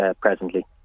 presently